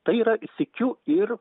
tai yra sykiu ir